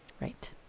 Right